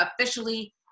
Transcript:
officially